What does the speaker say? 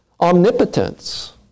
omnipotence